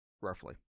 roughly